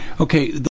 Okay